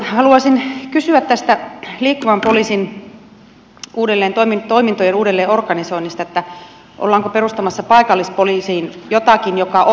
haluaisin kysyä liikkuvan poliisin toimintojen uudelleenorganisoinnista että ollaanko perustamassa paikallispoliisiin jotakin joka on jo olemassa